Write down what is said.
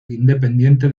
independiente